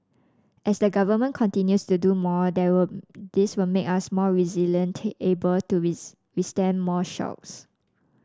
as the Government continues to do more there will this will make us more resilient able to with withstand more shocks